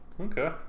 Okay